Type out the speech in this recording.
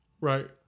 right